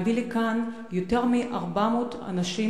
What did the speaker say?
מביא לכאן יותר מ-400 אנשים,